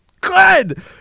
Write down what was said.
Good